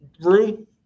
room